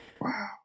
Wow